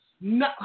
No